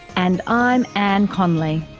and i'm anne connolly